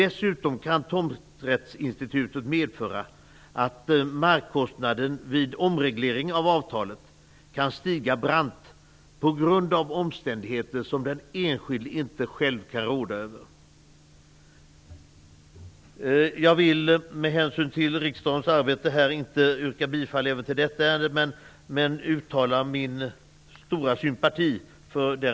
Dessutom kan tomträttsinstitutet medföra att markkostnaden vid omreglering av avtalet kan stiga brant på grund av omständigheter som den enskilde inte själv kan råda över. Jag vill av hänsyn till riksdagens arbete inte yrka bifall också till denna reservation, men jag vill uttala min stora sympati för den.